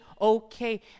okay